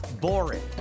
boring